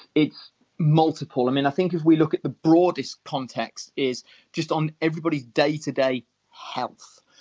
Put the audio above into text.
it's multiple. i mean i think if we look at the broadest context is just on everybody's day-to-day health.